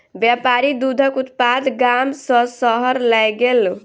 व्यापारी दूधक उत्पाद गाम सॅ शहर लय गेल